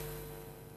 על הקמת עיר ערבית.